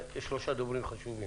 יש שלושה דוברים חשובים.